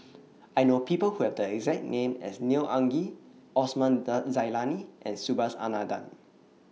I know People Who Have The exact name as Neo Anngee Osman Zailani and Subhas Anandan